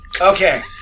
Okay